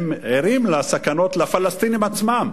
הם ערים לסכנות לפלסטינים עצמם,